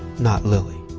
not lilly.